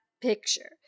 picture